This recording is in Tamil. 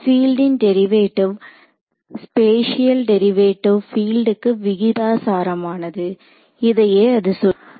பீல்ட்டின் டெரிவேட்டிவ் ஸ்பேஷியல் டெரிவேட்டிவ் பீல்ட்டுக்கு விகிதாசாரமானது இதையே அது சொல்கிறது